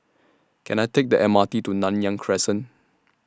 Can I Take The M R T to Nanyang Crescent